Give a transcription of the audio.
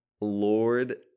Lord